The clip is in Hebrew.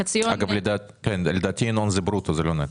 בכתבה לדעתי הסכום הוא ברוטו ולא נטו.